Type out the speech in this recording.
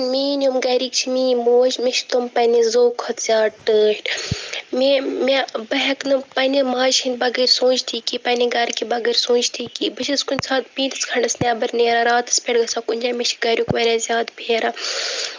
میٲںۍ یِم گرِکۍ چھِ میٲنۍ موج مےٚ چھِ تٔمۍ پَنٕنہِ زُو کھۄتہٕ زیادٕ ٹٲٹھ میٲنۍ بہٕ ہٮ۪کہٕ نہٕ پَنٕنہِ ماجی بَغٲر سونچتھٕے کہِ پَنٕنہِ گرِکی بَغٲر سونچتھٕے کہِ بہٕ چھَس کُنہِ ساتہٕ پِتِس کھنڈَس نیبر نیران راتَس پٮ۪ٹھ گژھان کُنہِ جایہِ مےٚچھُ گرُک واریاہ زیادٕ پھیران